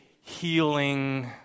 healing